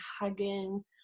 hugging